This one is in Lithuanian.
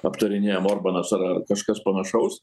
aptarinėjam orbanas ar ar kažkas panašaus